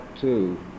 two